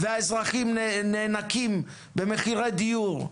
-- והאזרחים נאנקים במחירי דיור,